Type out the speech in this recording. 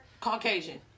Caucasian